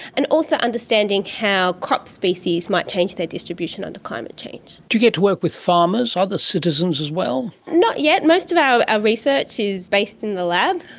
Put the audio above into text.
and also understanding how crop species might change their distribution under climate change. do you get to work with farmers, other citizens as well? not yet. most of our ah research is based in the lab,